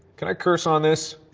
can i curse on this?